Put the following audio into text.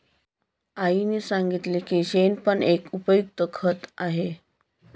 आईने सांगितले की शेण पण एक उपयुक्त खत आहे